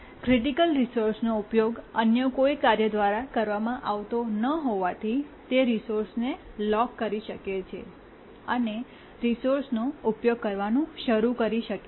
critical રિસોર્સનો ઉપયોગ અન્ય કોઈ કાર્ય દ્વારા કરવામાં આવતો ન હોવાથી તે રિસોર્સને લોક કરી શકે છે અને રિસોર્સનો ઉપયોગ શરૂ કરી શકે છે